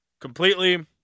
completely